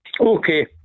Okay